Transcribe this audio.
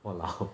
!walao!